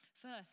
First